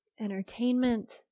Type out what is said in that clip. entertainment